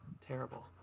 Terrible